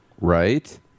Right